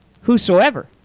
Whosoever